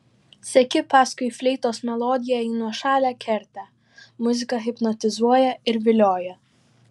seki paskui fleitos melodiją į nuošalią kertę muzika hipnotizuoja ir vilioja